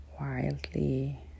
wildly